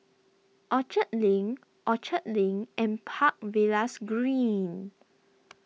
Orchard Link Orchard Link and Park Villas Green